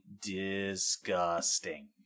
disgusting